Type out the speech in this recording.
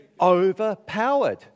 overpowered